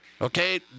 Okay